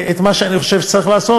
זה מה שאני חושב שצריך לעשות,